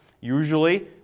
usually